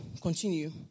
Continue